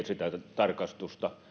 sitä tarkastusta